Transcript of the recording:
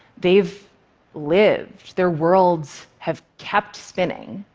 they've lived, their worlds have kept spinning.